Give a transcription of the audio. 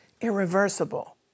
irreversible